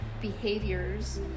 behaviors